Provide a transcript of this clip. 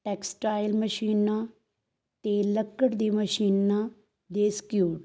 textile ਮਸ਼ੀਨਾਂ ਅਤੇ ਲੱਕੜ ਦੀ ਮਸ਼ੀਨਾਂ ਦੇ ਸਕਿਊਟ